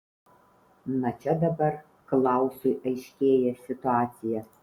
na čia dabar klausui aiškėja situacija